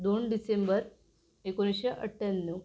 दोन डिसेंबर एकोणिसशे अठ्ठ्याण्णव